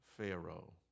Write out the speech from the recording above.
Pharaoh